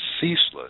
ceaseless